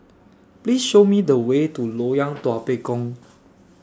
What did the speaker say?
Please Show Me The Way to Loyang Tua Pek Kong